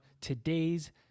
today's